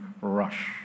rush